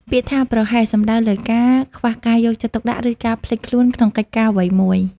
ពាក្យថា «ប្រហែស» សំដៅលើការខ្វះការយកចិត្តទុកដាក់ ឬការភ្លេចខ្លួនក្នុងកិច្ចការអ្វីមួយ។